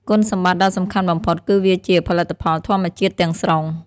គុណសម្បត្តិដ៏សំខាន់បំផុតគឺវាជា ផលិតផលធម្មជាតិ ទាំងស្រុង។